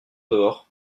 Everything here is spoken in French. dehors